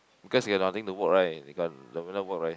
because you got nothing to work right you got no work right